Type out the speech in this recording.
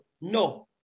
No